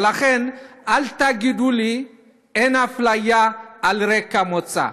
לכן, אל תגידו לי שאין אפליה על רקע מוצא.